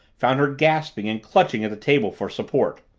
found her gasping and clutching at the table for support.